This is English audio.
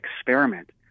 experiment